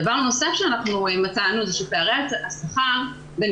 דבר נוסף שמצאנו זה שפערי השכר בין